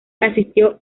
asistió